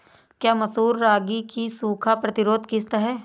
क्या मसूर रागी की सूखा प्रतिरोध किश्त है?